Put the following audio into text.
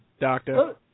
Doctor